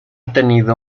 tenido